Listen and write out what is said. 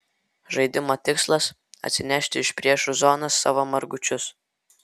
žaidimo tikslas atsinešti iš priešų zonos savo margučius